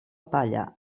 palla